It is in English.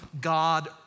God